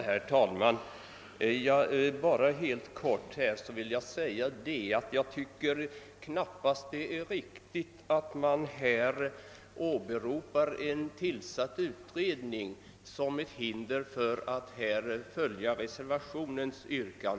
Herr talman! Jag vill bara helt kort framhålla att jag knappast anser det vara riktigt att åberopa en tillsatt utredning som ett hinder för att bifalla yrkandet i reservationen.